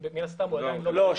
לא.